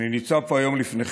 אני ניצב פה היום לפניכם